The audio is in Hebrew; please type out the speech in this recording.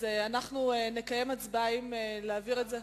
אנחנו נקיים הצבעה האם להעביר את זה,